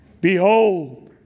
behold